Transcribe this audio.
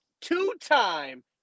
two-time